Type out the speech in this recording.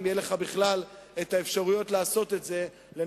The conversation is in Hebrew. אם יהיו לך בכלל האפשרויות לעשות את זה לנוכח